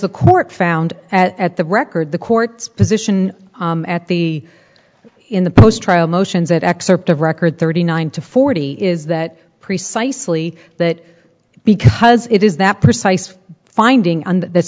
the court found at the record the court's position at the in the post trial motions that excerpt of record thirty nine to forty is that precisely that because it is that precise finding